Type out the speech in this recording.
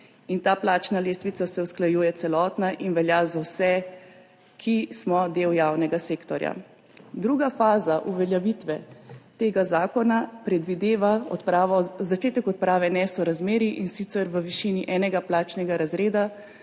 %. Ta plačna lestvica se usklajuje celotna in velja za vse, ki smo del javnega sektorja. Druga faza uveljavitve tega zakona predvideva začetek odprave nesorazmerij, in sicer v višini enega plačnega razreda